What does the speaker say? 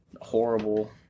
horrible